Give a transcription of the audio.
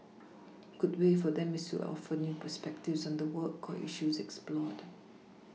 good way for them is to offer new perspectives on the work or issues explored